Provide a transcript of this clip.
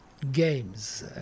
games